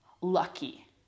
lucky